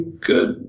good